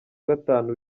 gatanu